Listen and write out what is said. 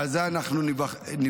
ועל זה אנחנו נבחנים,